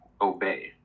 obey